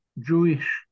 Jewish